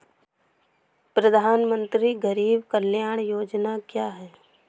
प्रधानमंत्री गरीब कल्याण योजना क्या है?